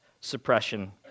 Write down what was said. suppression